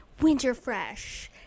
Winterfresh